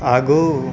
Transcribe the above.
ಹಾಗೂ